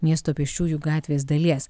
miesto pėsčiųjų gatvės dalies